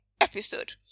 episode